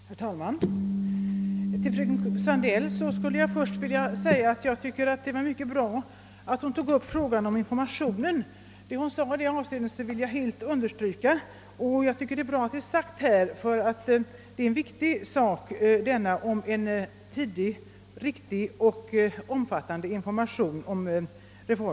Herr talman! Till fröken Sandell vill jag först säga, att jag tycker det var bra att fröken Sandell tog upp frågan om informationen. Jag kan helt instämma i vad fröken Sandell yttrade; det är viktigt att en riktig och omfattande information ges i tid.